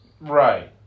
Right